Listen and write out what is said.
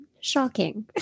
shocking